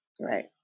Right